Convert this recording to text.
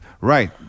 right